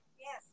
Yes